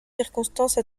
circonstance